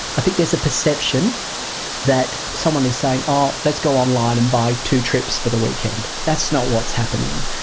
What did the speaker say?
i think there's a perception that someone is saying, oh let's go on line and buy two trips for the weekend. that's not what's happening.